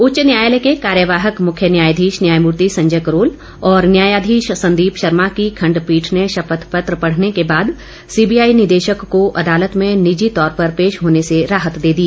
उच्च न्यायालय के कार्यवाहक मुख्य न्यायाधीश न्यायमूर्ति संजय करोल और न्यायाधीश संदीप शर्मा की खंडपीठ ने शपथ पत्र पढ़ने के बाद सीबीआई निदेशक को अदालत में निजी तौर पर पेश होने से राहत दे दी